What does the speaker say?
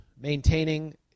maintaining